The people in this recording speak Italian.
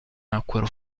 nacquero